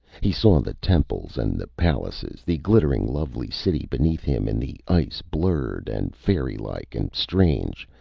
he saw the temples and the palaces, the glittering lovely city beneath him in the ice, blurred and fairylike and strange,